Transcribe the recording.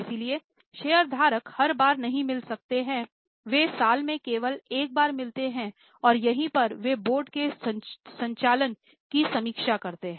इसलिए शेयरधारक हर बार नहीं मिल सकते हैं वे साल में केवल एक बार मिलते हैं और यहीं पर वे बोर्ड के संचालन की समीक्षा करते हैं